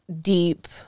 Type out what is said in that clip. deep